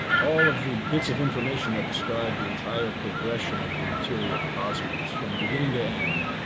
all of the bits of information that describe the entire progression of the material cosmos from beginning to end,